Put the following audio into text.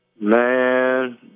Man